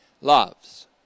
loves